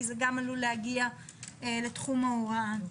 כי זה עלול להגיע גם לתחום ההוראה.